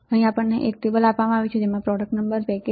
product number Package O T LM741CN 8 DIP 0